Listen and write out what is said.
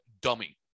dummy